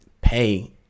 pay